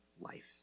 life